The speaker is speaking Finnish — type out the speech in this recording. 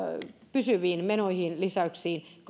pysyviin menojenlisäyksiin